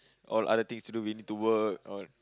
all other things to do we need to work all